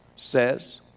says